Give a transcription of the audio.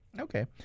Okay